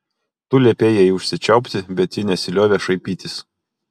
tu liepei jai užsičiaupti bet ji nesiliovė šaipytis